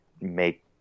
make